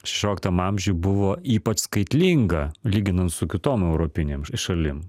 šešioliktam amžiuj buvo ypač skaitlinga lyginant su kitom europinėm šalim